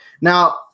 Now